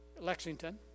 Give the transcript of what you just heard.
Lexington